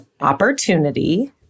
opportunity